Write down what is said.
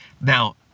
Now